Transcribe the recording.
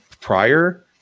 prior